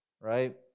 right